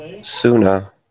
sooner